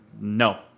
No